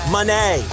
Money